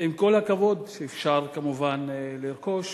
עם כל הכבוד שאפשר, כמובן, לרחוש